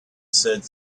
said